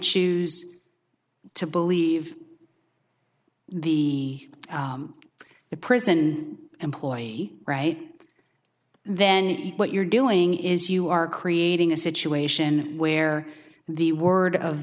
choose to believe the the prison employee right then what you're doing is you are creating a situation where the word of